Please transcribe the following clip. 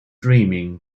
dreaming